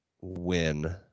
win